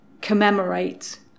commemorate